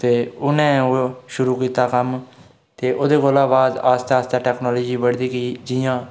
ते ओनै ओह् शुरू कीता कम्म ते ओह्दे कोला बाद आ स्तै आस्तै टेक्नोलॉजी बधदी गेई जि'यां